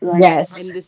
Yes